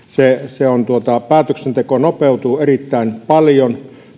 päätöksenteko nopeutuu erittäin paljon